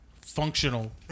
functional